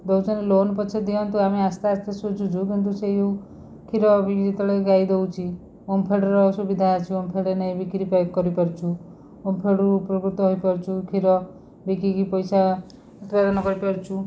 ଦୋଉଛନ୍ତି loan ପଛେ ଦିଅନ୍ତୁ ଆମେ ଆସ୍ତେ ଆସ୍ତେ ସୁଜୁଛୁ କିନ୍ତୁ ସେଇ ଯେଉଁ କ୍ଷୀର ବି ଯେତବଳେ ଗାଈ ଦେଉଛି ଓମଫେଡ଼ର ସୁବିଧା ଅଛି ଓମଫେଡ଼ ନେଇ ବିକ୍ରି କରିପାରୁଛୁ ଓମଫେଡ଼ରୁ ଉପକୃତ ହୋଇପାରୁଛୁ କ୍ଷୀର ବିକିକି ପଇସା କରିପାରୁଛୁ